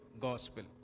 gospel